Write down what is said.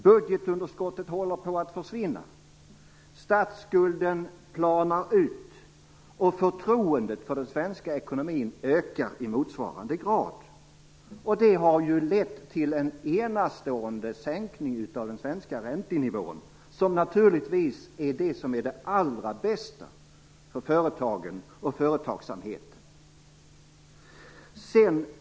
Budgetunderskottet håller på att försvinna, statsskulden planar ut och förtroendet för den svenska ekonomin ökar i motsvarande grad. Det har lett till en enastående sänkning av den svenska räntenivån, som naturligtvis är det allra bästa för företagen och företagsamheten.